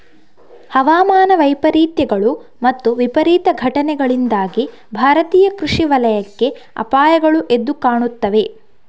ಹವಾಮಾನ ವೈಪರೀತ್ಯಗಳು ಮತ್ತು ವಿಪರೀತ ಘಟನೆಗಳಿಂದಾಗಿ ಭಾರತೀಯ ಕೃಷಿ ವಲಯಕ್ಕೆ ಅಪಾಯಗಳು ಎದ್ದು ಕಾಣುತ್ತವೆ